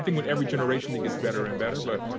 think with every generation, it gets better and better. but,